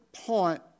point